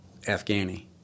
Afghani